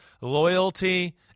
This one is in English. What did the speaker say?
loyalty